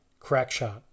Crackshot